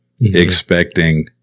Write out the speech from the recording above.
expecting